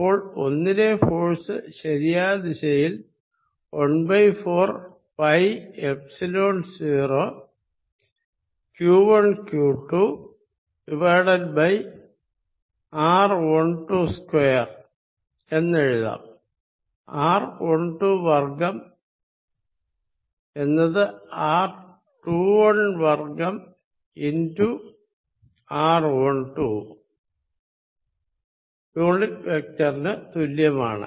അപ്പോൾ 1ലെ ഫോഴ്സ് ശരിയായ ദിശയിൽ ¼ പൈ എപ്സിലോൺ 0 q1q2 r122 എന്നെഴുതാം r12 വർഗ്ഗം എന്നത് r21 വർഗ്ഗം x r12 യൂണിറ്റ് വെക്ടറിന് തുല്യമാണ്